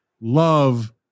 love